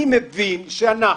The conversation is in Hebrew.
הבנתי שאנחנו,